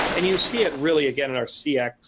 and you see it really again in our cx